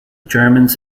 germans